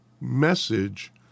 message